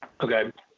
Okay